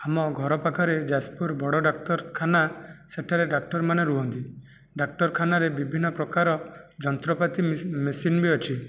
ଆମ ଘର ପାଖରେ ଯାଜପୁର ବଡ଼ ଡାକ୍ତରଖାନା ସେଠାରେ ଡାକ୍ତରମାନେ ରହନ୍ତି ଡାକ୍ତରଖାନାରେ ବିଭିନ୍ନ ପ୍ରକାର ଯନ୍ତ୍ରପାତି ମେସିନ୍ ବି ଅଛି